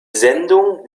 sendung